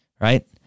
right